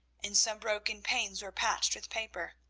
and some broken panes were patched with paper.